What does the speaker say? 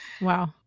Wow